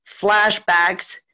flashbacks